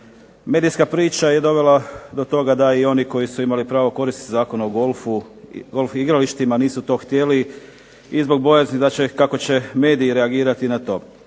Medijska priča je dovela do toga da i oni koji su imali pravo koristi od Zakona o golf igralištima nisu to htjeli i zbog bojazni kako će mediji reagirati na to.